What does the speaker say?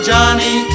Johnny